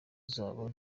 zabo